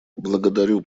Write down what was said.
благодарю